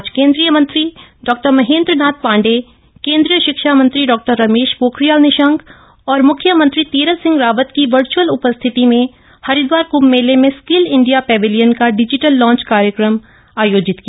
आज केंद्रीय मंत्री डॉ महेन्द्र नाथ पाण्डेय केंद्रीय शिक्ष मंत्री डॉ रमेश पोखरियाज़ निशंक और मुख्यमंत्री तीरथ सिंह राम्रत की वर्च्अल उपस्थिति में हरिद्वाप्त कंभ मेले में स्किल इंडियप्त पैवेलियन कप्त डिजिटल लॉन्च कार्यक्रम आयोजित किया